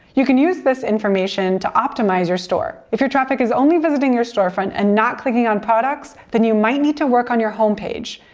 you can use this information to optimize your store. if your traffic is only visiting your storefront and not clicking on products, then you might need to work on your homepage.